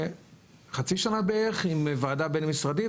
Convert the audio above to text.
חצי שנה בערך, אם וועדה בין משרדית.